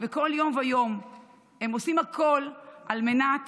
וכל יום ויום הם עושים הכול על מנת